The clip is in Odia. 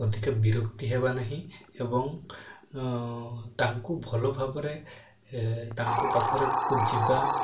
ଅଧିକା ବିରକ୍ତି ହେବା ନାହିଁ ଏବଂ ତାଙ୍କୁ ଭଲ ଭାବରେତାଙ୍କ ପାଖରେ ଯିବା